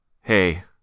hey